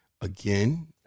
Again